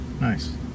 nice